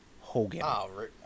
Hogan